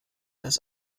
das